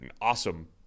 awesome